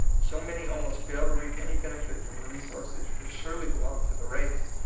so many almost fail to reap any benefit from the resources which surely belong to the race,